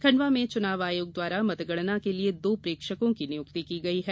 खंडवा में चुनाव आयोग द्वारा मतगणना के लिए दो प्रेक्षकों की नियुक्ति की गई है